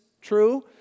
true